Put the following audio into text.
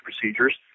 procedures